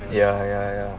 ya ya ya